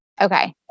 Okay